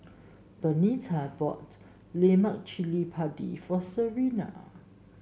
Bernita bought Lemak Cili Padi for Serina